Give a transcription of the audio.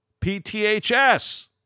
PTHS